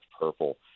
purple